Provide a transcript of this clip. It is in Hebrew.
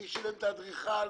מי שילם לאדריכל ולקבלן,